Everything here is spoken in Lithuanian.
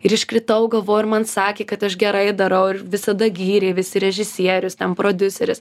ir iškritau galvoju ir man sakė kad aš gerai darau ir visada gyrė visi režisierius ten prodiuseris